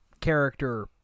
character